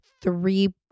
three